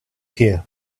here